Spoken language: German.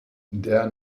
der